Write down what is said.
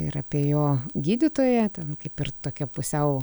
ir apie jo gydytoją ten kaip ir tokia pusiau